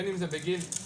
בין אם זה בגיל 5,